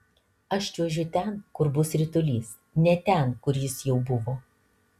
aš čiuožiu ten kur bus ritulys ne ten kur jis jau buvo